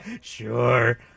Sure